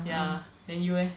ya then you eh